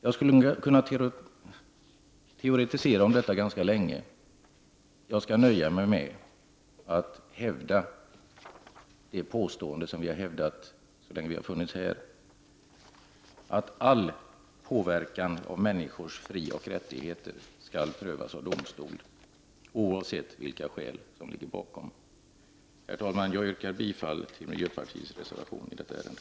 Jag skulle kunna teoretisera om detta ganska länge. Men jag skall nöja mig med att hävda det påstående som vi har hävdat så länge vi har funnits här i riksdagen, nämligen att all påverkan när det gäller människors frioch rättigheter skall prövas av domstol, oavsett vilka skäl som ligger bakom. Herr talman! Jag yrkar bifall till miljöpartiets reservation i detta ärende.